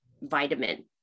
vitamin